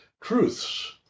truths